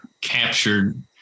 captured